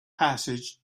passage